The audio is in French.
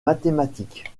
mathématique